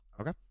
Okay